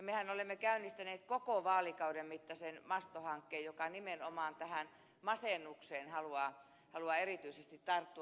mehän olemme käynnistäneet koko vaalikauden mittaisen masto hankkeen joka nimenomaan masennukseen haluaa erityisesti tarttua